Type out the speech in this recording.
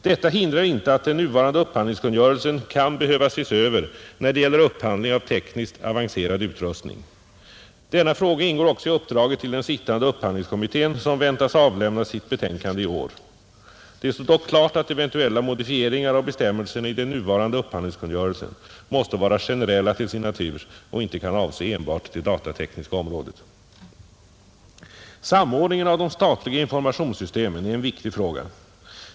Detta hindrar inte att den nuvarande upphandlingskungörelsen kan behöva ses över när det gäller upphandling av tekniskt avancerad utrustning. Denna fråga ingår i uppdraget till den sittande upphandlingskommittén, som väntas avlämna sitt betänkande i år. Det står dock klart att eventuella modifieringar av bestämmelserna i den nuvarande upphandlingskungörelsen måste vara generella till sin natur och inte kan avse enbart det datatekniska området. Samordningen av de statliga informationssystemen är en viktig fråga.